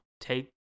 take